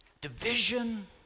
division